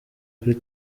kuri